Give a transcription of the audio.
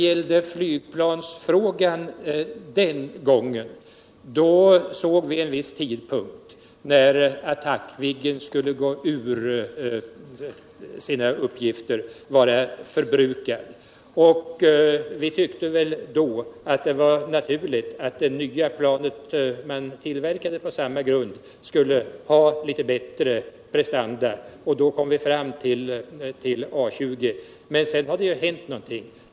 Beträffande flygplansfrågan kunde vi den gången beräkna tidpunkten för när Attackviggen skulle vara förbrukad för sitt ändamål. Vi tyckte då att det var naturligt att ett nytt plan som skulle tillverkas på samma grunder fick något bättre prestanda, och då kom vi fram till A 20. Men sedan dess har det ju hänt mycket.